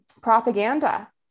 propaganda